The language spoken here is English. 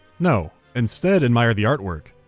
no. instead, admire the artwork.